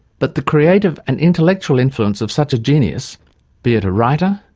but the creative and intellectual influence of such a genius be it a writer,